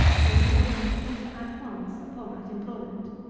will enable them to enter at once upon that employment.